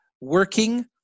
working